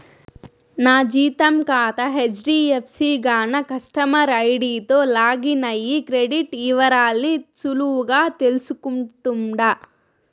నా జీతం కాతా హెజ్డీఎఫ్సీ గాన కస్టమర్ ఐడీతో లాగిన్ అయ్యి క్రెడిట్ ఇవరాల్ని సులువుగా తెల్సుకుంటుండా